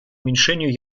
уменьшению